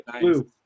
blue